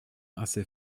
assez